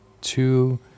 two